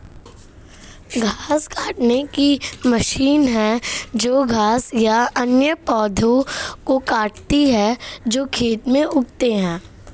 घास काटने की मशीन है जो घास या अन्य पौधों को काटती है जो खेत में उगते हैं